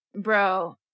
Bro